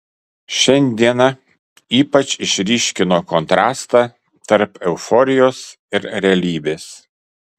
šiandiena ypač išryškino kontrastą tarp euforijos ir realybės